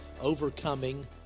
overcoming